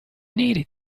needed